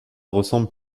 ressemble